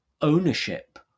ownership